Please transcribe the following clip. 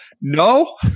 no